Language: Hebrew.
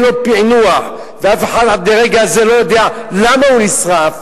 אין פענוח ואף אחד עד לרגע זה לא יודע למה הוא נשרף,